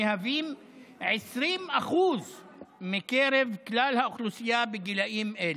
המהווים 20% מקרב כלל האוכלוסייה בגילים אלה,